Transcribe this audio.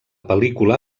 pel·lícula